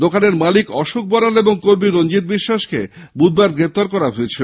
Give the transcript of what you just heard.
দোকান মালিক আশোক বড়াল ও কর্মী রঞ্জিত বিশ্বাসকে বুধবার গ্রেপ্তার করা হয়েছিল